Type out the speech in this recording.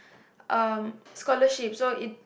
um scholarship so it